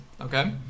okay